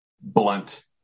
blunt